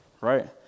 Right